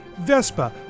Vespa